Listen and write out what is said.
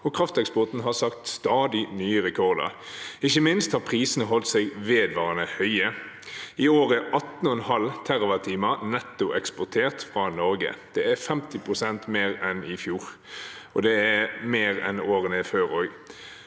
krafteksporten har satt stadig nye rekorder. Ikke minst har prisene holdt seg vedvarende høye. I år er 18,5 TWh nettoeksportert fra Norge. Det er 50 pst. mer enn i fjor, og det er også mer enn årene før.